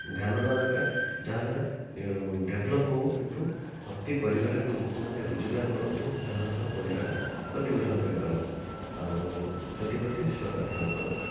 ଧ୍ୟାନ ଦେବା ଦରକାର ଯାହା ଦ୍ୱାରା ଡେଭ୍ଲପ୍ ହେଉ କିନ୍ତୁ ପ୍ରତି ପରିବାର ଲୋକମାନେ ରୋଜଗାର କରନ୍ତୁ ସେମାନଙ୍କର ପରିବାର ପ୍ରତିପୋଷଣ କରିପାରନ୍ତୁ ଆଉ ସେଥିପ୍ରତି ସରକାର ଧ୍ୟାନ ଦେବା ଦରକାର